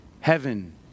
Heaven